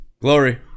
Glory